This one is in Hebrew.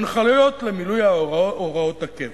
הנחיות למילוי הוראת הקבע: